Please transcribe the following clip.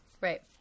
Right